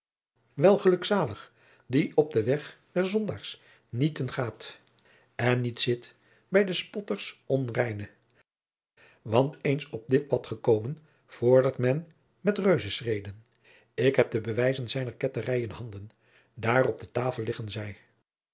wordt welgelukzalig die op den wegh der sondaers niet en gaet en niet en sit by de spotters onreyne want eens op dit pad gekomen vordert men met reuzenschreden ik heb de bewijzen zijner ketterij in handen daar op de tafel liggen zij